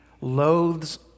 loathes